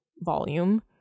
volume